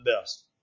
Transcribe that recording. best